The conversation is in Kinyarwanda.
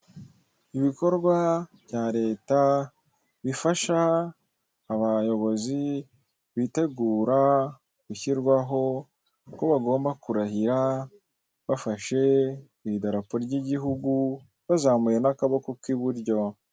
Ibikorwa bya Leta bifasha abayobozi bitegura gushyirwaho uko bagomba kurahira bafashe iri darapo ry'Igihugu bazamuye n'akaboko k'iburyo.